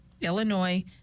Illinois